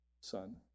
son